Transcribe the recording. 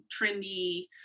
trendy